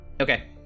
Okay